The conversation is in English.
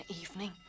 evening